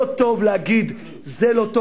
לא טוב להגיד: זה לא טוב,